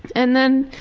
and then